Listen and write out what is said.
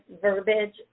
verbiage